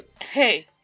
Hey